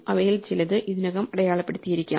അവയിൽ ചിലത് ഇതിനകം അടയാളപ്പെടുത്തിയിരിക്കാം